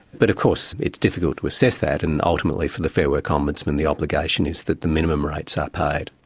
but of course, it's difficult to assess that, and ultimately for the fair work ombudsman the obligation is that the minimum rates are paid.